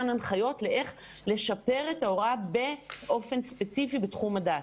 הנחיות לאיך לשפר את ההוראה באופן ספציפי בתחום הדעת.